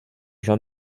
jean